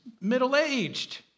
middle-aged